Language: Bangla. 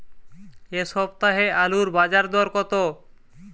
এ সপ্তাহে আলুর বাজার দর কত?